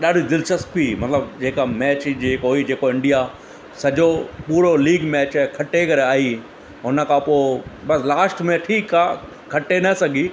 ॾाढी दिलिचस्पी हुई मतिलबु जेका मैच हुई जे हो ई जेको इंडिया सॼो पूरो लीव मैच खटे करे आई हुन खां पोइ बसि लास्ट में ठीकु आहे खटे न सघी